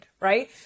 right